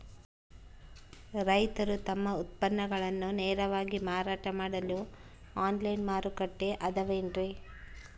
ರೈತರು ತಮ್ಮ ಉತ್ಪನ್ನಗಳನ್ನ ನೇರವಾಗಿ ಮಾರಾಟ ಮಾಡಲು ಆನ್ಲೈನ್ ಮಾರುಕಟ್ಟೆ ಅದವೇನ್ರಿ?